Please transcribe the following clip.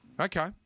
Okay